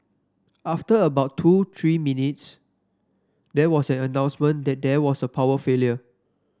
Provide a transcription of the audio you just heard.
after about two to three minutes there was an announcement that there was a power failure